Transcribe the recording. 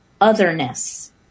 otherness